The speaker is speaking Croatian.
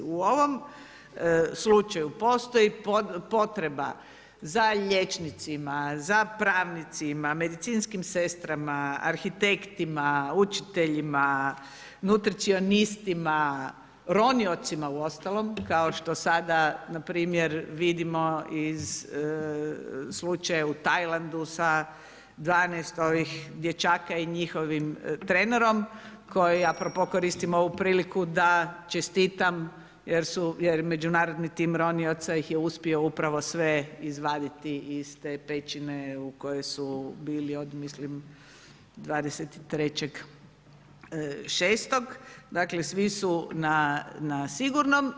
U ovom slučaju postoji potreba za liječnicima, za pravnicima, medicinskim sestrama, arhitektima, učiteljima, nutricionistima, roniocima uostalom kao što sada npr. vidimo iz slučaja u Tajlanda sa 12 ovih dječaka i njihovim trenerom, koji apropo koristim ovu priliku da čestitam jer međunarodni tim ronioca ih je uspio upravo sve izvaditi iz te pećine u kojoj su bili mislim 23. 6. dakle, svi su na sigurnom.